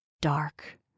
Dark